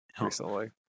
recently